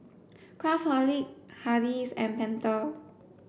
Craftholic Hardy's and Pentel